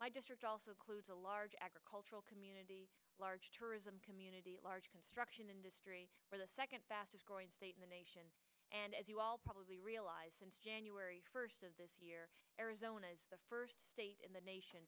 by district also includes a large agricultural community large tourism community a large construction industry second fastest growing state the nation and as you all probably realize since january first of this year arizona is the first state in the nation